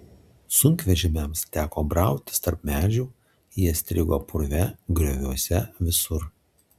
sunkvežimiams teko brautis tarp medžių jie strigo purve grioviuose visur